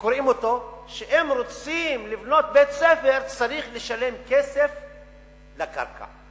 אם רוצים לבנות בית-ספר צריך לשלם כסף על הקרקע.